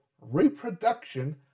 reproduction